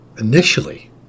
initially